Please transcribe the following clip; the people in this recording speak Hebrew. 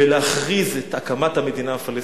ולהכריז על הקמת המדינה הפלסטינית.